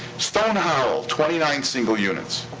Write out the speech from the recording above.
stone hollow, twenty nine single units.